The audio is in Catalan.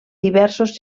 diversos